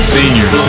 Senior